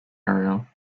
area